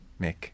Mick